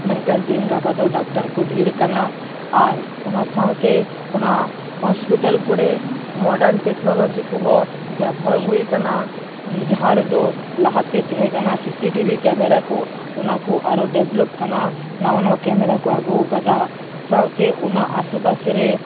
ᱢᱮᱱᱠᱷᱟᱱ ᱛᱤᱦᱤᱧ ᱜᱟᱯᱟ ᱫᱚ ᱰᱟᱠᱴᱟᱨ ᱠᱚ ᱰᱷᱤᱨ ᱟᱠᱟᱱᱟ ᱟᱨ ᱚᱱᱟ ᱥᱟᱶᱛᱮ ᱚᱱᱟ ᱦᱳᱥᱯᱤᱴᱟᱞ ᱠᱚᱨᱮ ᱢᱳᱰᱟᱱ ᱴᱮᱠᱱᱳᱞᱚᱡᱤ ᱠᱚᱦᱚᱸ ᱵᱮᱵᱚᱦᱟᱨ ᱦᱩᱭ ᱟᱠᱟᱱᱟ ᱡᱟᱦᱟᱸ ᱨᱮᱫᱚ ᱞᱟᱦᱟ ᱛᱮ ᱛᱟᱦᱮᱸ ᱠᱟᱱᱟ ᱥᱤᱥᱤ ᱴᱤᱵᱷᱤ ᱠᱮᱢᱮᱨᱟ ᱠᱩ ᱚᱱᱟ ᱠᱩ ᱚᱱᱟ ᱠᱚ ᱟᱨᱚ ᱰᱮᱵᱞᱳᱯ ᱟᱠᱟᱱᱟ ᱱᱟᱣᱟ ᱱᱟᱣᱟ ᱠᱮᱢᱮᱨᱟ ᱠᱚ ᱟᱹᱜᱩ ᱟᱠᱟᱫᱟ ᱥᱟᱶᱛᱮ ᱚᱱᱟ ᱟᱥᱮ ᱯᱟᱥᱮ ᱨᱮ